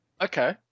Okay